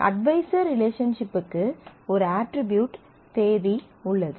advisor ரிலேஷன்ஷிப்புக்கு ஒரு attribute தேதி உள்ளது